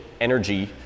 energy